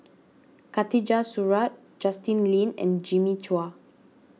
Khatijah Surattee Justin Lean and Jimmy Chua